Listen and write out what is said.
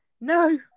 no